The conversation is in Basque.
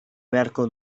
beharko